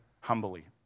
humbly